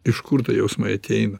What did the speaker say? iš kur tai jausmai ateina